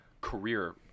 career